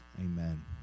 Amen